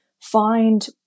find